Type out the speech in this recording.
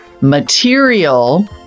material